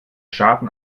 schaden